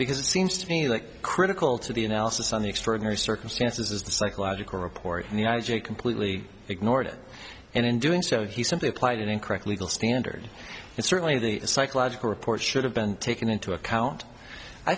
because it seems to me like critical to the analysis on the extraordinary circumstances the psychological report in the united you completely ignored it and in doing so he simply applied an incorrect legal standard and certainly the psychological report should have been taken into account i